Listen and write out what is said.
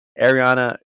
Ariana